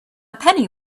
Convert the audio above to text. penny